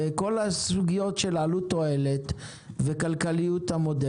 וכל הסוגיות של עלות-תועלת וכלכליות המודל